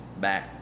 back